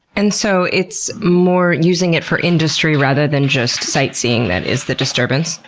and so, it's more using it for industry rather than just sightseeing that is the disturbance?